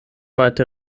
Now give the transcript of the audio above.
weite